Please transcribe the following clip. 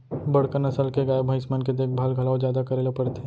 बड़का नसल के गाय, भईंस मन के देखभाल घलौ जादा करे ल परथे